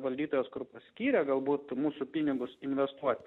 valdytojas kur paskyrė galbūt mūsų pinigus investuoti